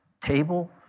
table